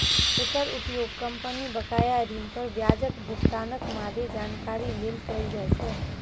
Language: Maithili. एकर उपयोग कंपनी बकाया ऋण पर ब्याजक भुगतानक मादे जानकारी लेल कैल जाइ छै